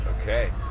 Okay